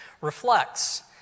reflects